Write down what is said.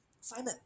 Simon